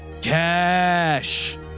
cash